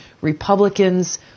Republicans